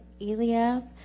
Eliab